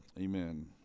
amen